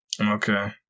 okay